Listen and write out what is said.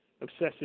obsessive